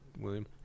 william